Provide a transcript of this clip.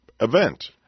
event